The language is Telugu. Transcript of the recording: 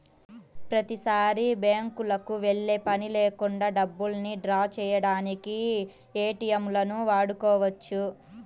ప్రతిసారీ బ్యేంకుకి వెళ్ళే పని లేకుండా డబ్బుల్ని డ్రా చేయడానికి ఏటీఎంలను వాడుకోవచ్చు